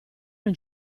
non